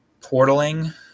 portaling